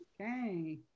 okay